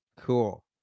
cool